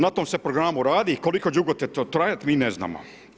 Na tom se programu radi i koliko dugo će to trajati, mi ne znamo.